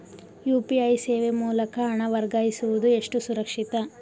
UPI ಸೇವೆ ಮೂಲಕ ಹಣ ವರ್ಗಾಯಿಸುವುದು ಎಷ್ಟು ಸುರಕ್ಷಿತ?